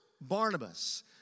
Barnabas